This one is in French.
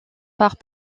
part